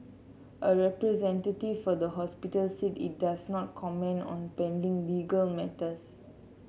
a representative for the hospital said it does not comment on pending legal matters